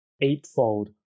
eightfold